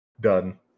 Done